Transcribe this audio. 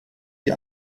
wie